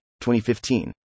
2015